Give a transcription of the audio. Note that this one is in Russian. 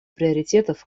приоритетов